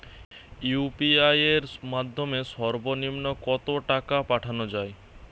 UPI এর মাধ্যমে সর্ব নিম্ন কত টাকা পাঠানো য়ায়?